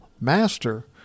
master